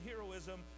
heroism